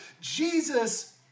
Jesus